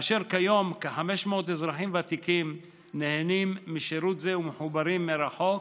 כיום כ-500 אזרחים ותיקים נהנים משירות זה ומחוברים מרחוק,